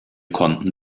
konnten